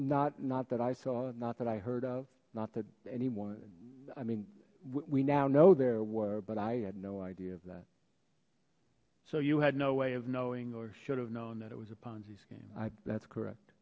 not not that i saw not that i heard of not that anyone i mean what we now know there were but i had no idea of that so you had no way of knowing or should have known that it was a ponzi scheme i that's